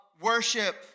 worship